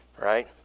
right